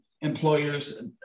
employers